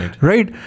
Right